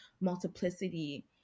multiplicity